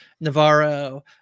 Navarro